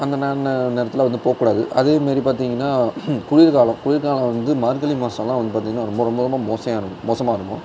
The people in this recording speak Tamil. அந்த மாதிரி நேரத்தில் வந்து போகக்கூடாது அதேமாரி பார்த்திங்கன்னா குளிர் காலம் குளிர் காலம் வந்து மார்கழி மாசல்லாம் வந்துடுது ரொம்ப ரொம்ப ரொம்ப மோசமா மோசமாக இருக்கும்